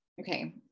Okay